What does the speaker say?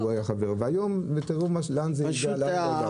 והיום תראו לאן הגענו.